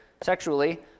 sexually